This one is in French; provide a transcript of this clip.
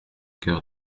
coeur